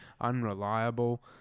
unreliable